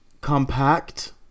compact